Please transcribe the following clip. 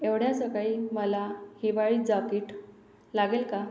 एवढ्या सकाळी मला हिवाळी जाकिट लागेल का